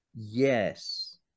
yes